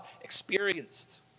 experienced